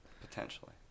Potentially